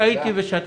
אני טעיתי ושתקתי.